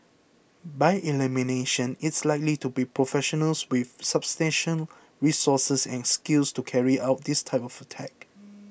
by elimination it's likely to be professionals with substantial resources and skills to carry out this type of attack